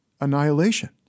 annihilation